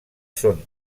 són